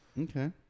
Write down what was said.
Okay